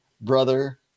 brother